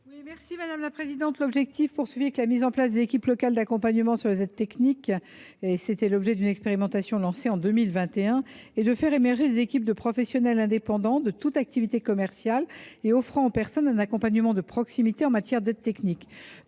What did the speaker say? est l’avis du Gouvernement ? La mise en place des équipes locales d’accompagnement sur les aides techniques a fait l’objet d’une expérimentation lancée en 2021. Son objectif est de faire émerger des équipes de professionnels indépendants de toute activité commerciale et offrant aux personnes un accompagnement de proximité en matière d’aide technique.